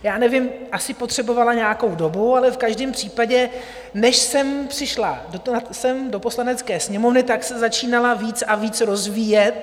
Já nevím, asi potřebovala nějakou dobu, ale v každém případě, než jsem přišla sem do Poslanecké sněmovny, se začínala víc a víc rozvíjet.